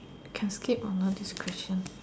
can skip or not this question